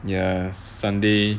ya sunday